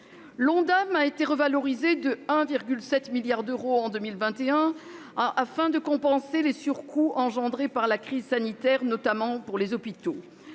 L'Ondam a été revalorisé de 1,7 milliard d'euros en 2021 afin de compenser les surcoûts engendrés par la crise sanitaire, notamment pour les hôpitaux.